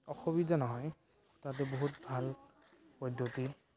অসুবিধা নহয় তাতে বহুত ভাল পদ্ধতি